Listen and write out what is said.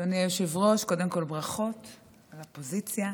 אדוני היושב-ראש, קודם כול ברכות על הפוזיציה.